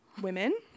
women